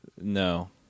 No